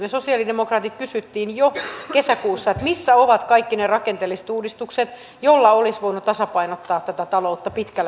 me sosialidemokraatit kysyimme jo kesäkuussa missä ovat kaikki ne rakenteelliset uudistukset joilla olisi voinut tasapainottaa tätä taloutta pitkällä juoksulla